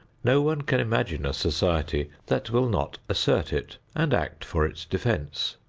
no one can imagine a society that will not assert it and act for its defense.